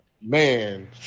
man